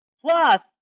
Plus